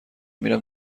میرم